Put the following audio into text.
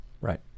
Right